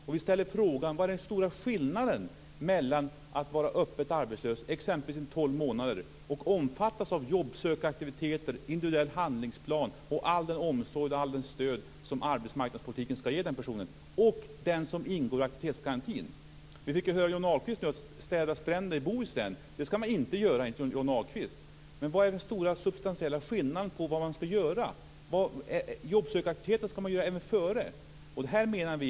Vi ställer frågan vad som är den stora skillnaden mellan att vara öppet arbetslös, exempelvis i tolv månader, och omfattas av jobbsökaraktiviteter, individuell handlingsplan och all den omsorg och allt det stöd som arbetsmarknadspolitiken ska ge den personen och att ingå i aktivitetsgarantin. Vi fick höra av Johnny Ahlqvist att man inte ska städa stränder i Bohuslän. Men vilken är den stora substantiella skillnaden? Jobbsökaraktiviteter ska man vidta även innan.